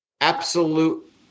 absolute